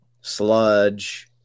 Sludge